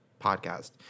podcast